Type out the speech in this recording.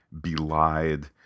belied